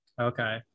Okay